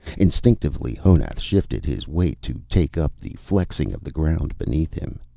instinctively, honath shifted his weight to take up the flexing of the ground beneath him.